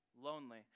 lonely